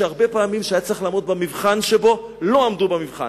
שהרבה פעמים כשהיה צריך לעמוד למבחן לא עמדו בו במבחן,